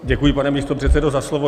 Děkuji, pane místopředsedo, za slovo.